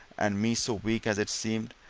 and me so weak, as it seemed,